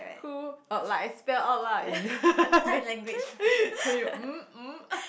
who uh like I spell out lah in then then you um um